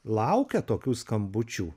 laukia tokių skambučių